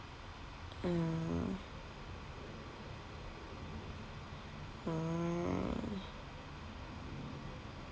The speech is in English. uh ah